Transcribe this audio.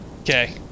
Okay